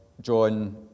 John